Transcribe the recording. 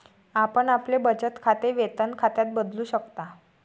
आपण आपले बचत खाते वेतन खात्यात बदलू शकता